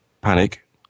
panic